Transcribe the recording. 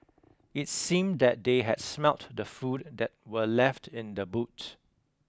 it seemed that they had smelt the food that were left in the boot